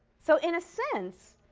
so in a sense,